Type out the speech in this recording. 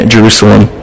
Jerusalem